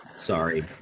sorry